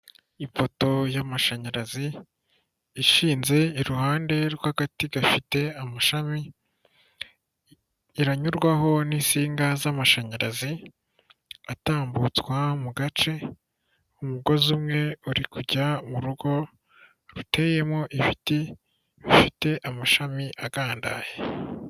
Ipoto y'amashanyarazi ishinze iruhande rw'akati gafite amashami, iranyurwaho n'insinga z'amashanyarazi atambutswa mu gace, umugozi umwe uri kujya mu rugo ruteyemo ibiti bifite amashami agandaye.